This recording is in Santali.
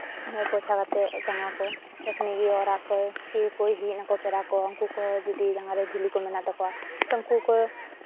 ᱯᱳᱪᱷᱟᱣ ᱠᱟᱛᱮ ᱡᱟᱸᱜᱟ ᱠᱚ ᱛᱚᱠᱷᱱᱤ ᱜᱮ ᱚᱲᱟᱜ ᱠᱚ ᱠᱮᱭ ᱠᱚ ᱦᱮᱡ ᱱᱟᱠᱚ ᱯᱮᱲᱟ ᱠᱚ ᱩᱱᱠᱩ ᱠᱚᱦᱚᱸ ᱡᱩᱫᱤ ᱡᱟᱸᱜᱟ ᱨᱮ ᱫᱷᱩᱞᱤ ᱠᱚ ᱢᱮᱱᱟᱜ ᱛᱟᱠᱚᱣᱟ ᱩᱱᱠᱩ ᱠᱚ